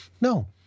No